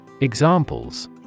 Examples